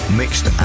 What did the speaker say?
mixed